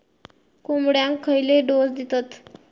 कोंबड्यांक खयले डोस दितत?